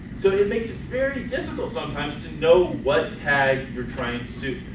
so it makes it very difficult sometimes to know what tag you're trying to.